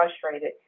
frustrated